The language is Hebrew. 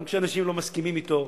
גם כשאנשים לא מסכימים אתו,